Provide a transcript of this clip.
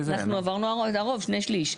כן, עברנו הרוב, שני שליש.